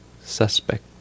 suspect